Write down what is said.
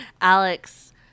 alex